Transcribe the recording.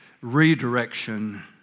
Redirection